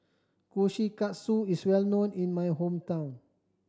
kushikatsu is well known in my hometown